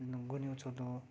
नु गुन्युचोलो